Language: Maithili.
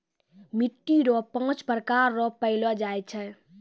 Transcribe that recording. मिट्टी रो पाँच प्रकार रो पैलो जाय छै